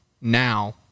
now